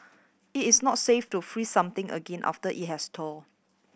it is not safe to freeze something again after it has thawed